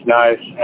nice